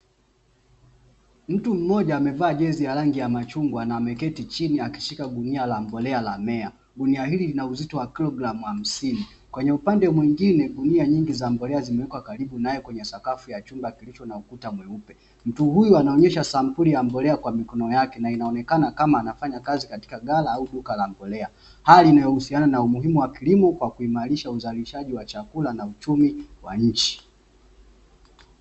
Mtu mmoja amevaa jezi ya rangi ya machungwa na ameketi chini akishika gunia la mbolea la meya. Gunia hili lina uzito wa kilogramu hamsini. Kwenye upande mwingine, gunia nyingi za mbolea zimewekwa karibu naye kwenye sakafu ya chumba kilicho na ukuta mweupe. Mtu huyu anaonyesha sampuli ya mbolea kwa mikono yake na inaonekana kama anafanya kazi katika ghala au duka la mbolea. Hali inayohusiana na umuhimu wa kilimo kwa kuimarisha uzalishaji wa chakula na uchumi wa nchi.